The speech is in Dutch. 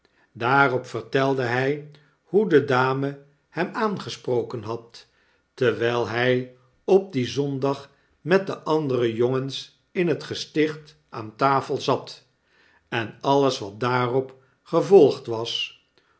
daarop vertelde hy hoe de dame hem aangesproken had terwiil hy op dien zondag met de andere jongens in net gesticht aan tafel zat en alles wat daarop gevolgd was